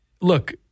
look